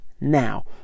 now